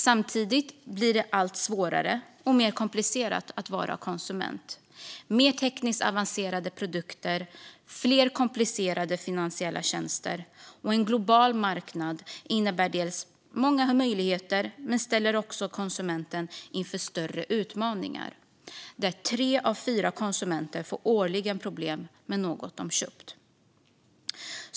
Samtidigt blir det allt svårare och mer komplicerat att vara konsument. Mer tekniskt avancerade produkter, fler komplicerade finansiella tjänster och en global marknad innebär många möjligheter men ställer också konsumenten inför större utmaningar. Årligen får tre av fyra konsumenter problem med något de köpt.